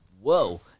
whoa